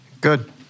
Good